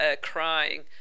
crying